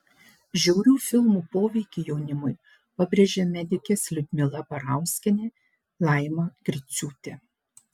žiaurių filmų poveikį jaunimui pabrėžė medikės liudmila barauskienė laima griciūtė